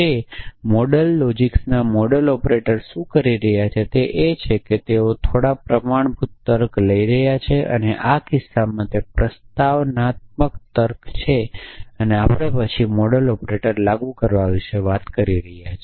તેથી મોડેલ લોજિક્સના model operators શું કરી રહ્યા છે તે તે છે કે તેઓ થોડો પ્રમાણભૂત તર્ક લઈ રહ્યા છે અને આ કિસ્સામાં તે પ્રોપ્રોજીશનલતર્ક છે કે આપણે પછી મોડલ ઓપરેટરો લાગુ કરવા વિશે વાત કરી રહ્યા છીએ